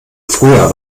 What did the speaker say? früher